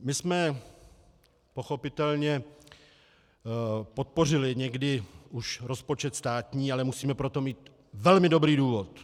My jsme pochopitelně podpořili někdy už rozpočet státní, ale musíme pro to mít velmi dobrý důvod.